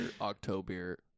October